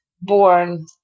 born